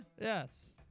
Yes